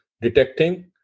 detecting